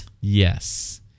Yes